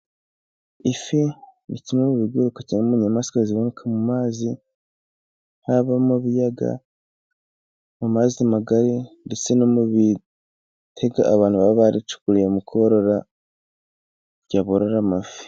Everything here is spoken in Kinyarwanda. Ifi ni kimwe mu biguruka cyane, mu nyamaswa ziboneka mu mazi, haba mu biyaga mu mazi magari ndetse no mu bitega, abantu baba baricukuriye mu korora kugira ngo borore amafi.